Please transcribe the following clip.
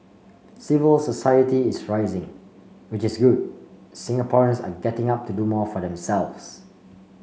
civil society is rising which is good Singaporeans are getting up to do more for themselves